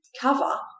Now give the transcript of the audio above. cover